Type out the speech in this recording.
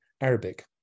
Arabic